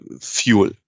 fuel